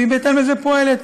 והיא בהתאם לזה פועלת.